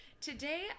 today